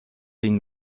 این